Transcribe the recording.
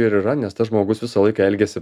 ir yra nes tas žmogus visą laiką elgiasi